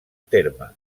terme